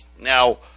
now